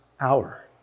hour